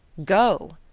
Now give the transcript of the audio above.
go?